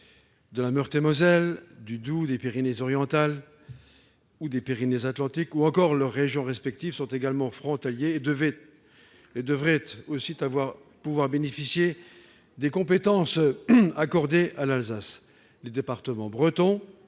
de Meurthe-et-Moselle, du Doubs, des Pyrénées-Orientales ou des Pyrénées-Atlantiques, ou encore leurs régions respectives, sont également des territoires frontaliers et devraient aussi pouvoir bénéficier des compétences accordées à l'Alsace. Les départements bretons,